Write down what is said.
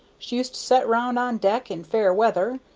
she used to set round on deck in fair weather,